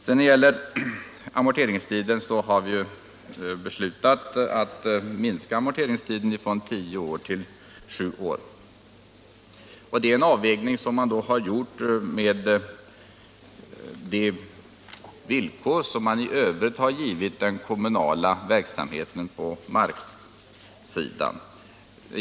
När det gäller amorteringstiden har vi ju beslutat att minska den från tio till sju år. Denna avvägning har gjorts med hänsyn till de villkor som i övrigt gäller för den kommunala verksamheten på marksidan.